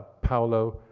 paulo,